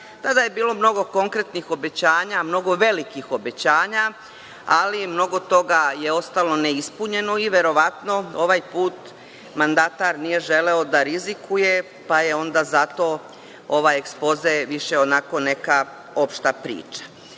Tada je bilo mnogo konkretnih obećanja, mnogo velikih obećanja, ali mnogo toga je ostalo neispunjeno. Verovatno ovaj put mandatar nije želeo da rizikuje, pa je onda zato ovaj ekspoze više onako neka opšta priča. Ali,